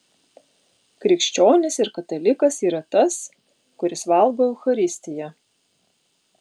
krikščionis ir katalikas yra tas kuris valgo eucharistiją